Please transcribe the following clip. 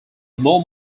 more